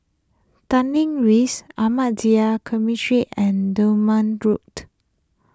Tanglin Rise Ahmadiyya Cemetery and Durban Road